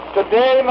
Today